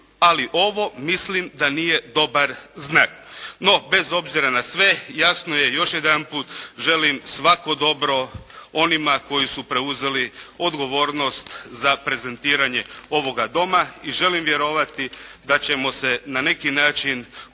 ali ovo mislim da nije dobar znak. No, bez obzira na sve, jasno je, još jedanput, želim svako dobro onima koji su preuzeli odgovornost za prezentiranje ovoga Doma. I želim vjerovati da ćemo se na neki način puno